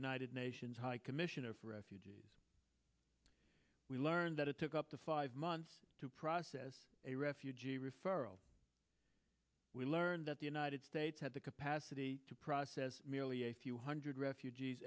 united nations high commissioner for refugees we learned that it took up to five months to process a refugee referral we learned that the united states had the capacity to process merely a few hundred refugees